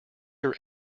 your